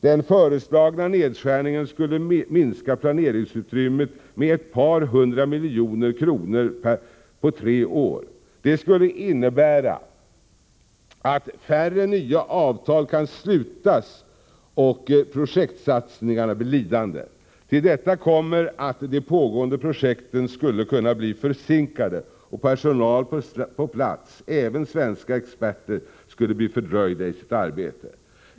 Den föreslagna nedskärningen skulle minska planeringsutrymmet med ett par hundra miljoner kronor på tre år. Det skulle innebära att färre nya avtal kan slutas och att projektsatsningarna blir lidande. Till detta kommer att de pågående projekten skulle kunna bli försinkade och att personal på plats, även svenska experter, skulle bli fördröjda i sitt arbete.